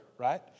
right